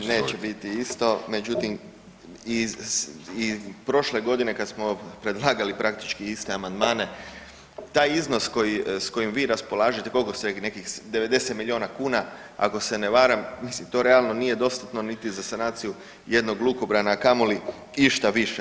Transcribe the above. Da, neće biti isto, međutim prošle godine kada smo predlagali praktički iste amandmane, taj iznos s kojim vi raspolažete, koliko ste rekli, nekih 90 milijuna kuna ako se ne varam, mislim to realno nije dostatno niti za sanaciju jednog lukobrana, a kamoli išta više.